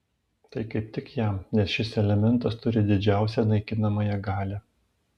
tai kaip tik jam nes šis elementas turi didžiausią naikinamąją galią